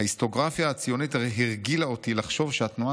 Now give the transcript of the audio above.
ההיסטוריוגרפיה הציונית הרי הרגילה אותי לחשוב שהתנועה